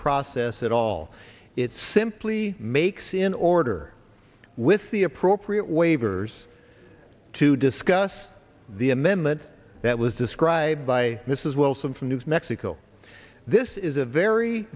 process at all it simply makes in order with the appropriate waivers to discuss the amendment that was described by mrs wilson from new mexico this is a very